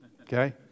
Okay